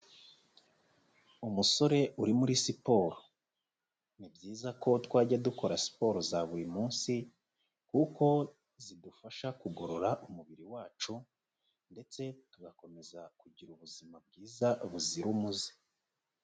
Umusore uri muri siporo, ni byiza ko twajya dukora siporo za buri munsi kuko zidufasha kugorora umubiri wacu ndetse tugakomeza kugira ubuzima bwiza buzira umuze.